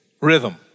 rhythm